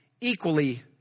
equally